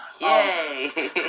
Yay